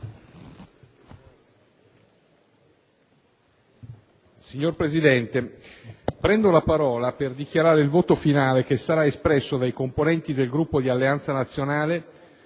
Signor Presidente, prendo la parola per dichiarare il voto finale che sarà espresso dai componenti del Gruppo di Alleanza Nazionale